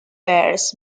bears